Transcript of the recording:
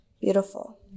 Beautiful